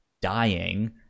dying